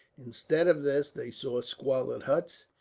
instead of this they saw squalid huts,